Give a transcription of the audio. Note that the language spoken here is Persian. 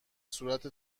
صورت